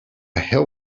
hill